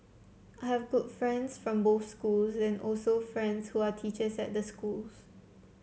I have good friends from both schools and also friends who are teachers at the schools